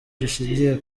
gishingiye